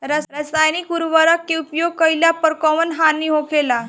रसायनिक उर्वरक के उपयोग कइला पर कउन हानि होखेला?